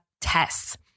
tests